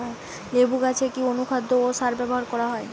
লেবু গাছে কি অনুখাদ্য ও সার ব্যবহার করা হয়?